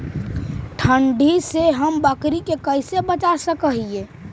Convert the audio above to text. ठंडी से हम बकरी के कैसे बचा सक हिय?